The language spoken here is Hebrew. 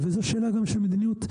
וזו גם שאלה של מדיניות,